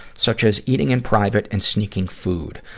such as eating in private and sneaking food.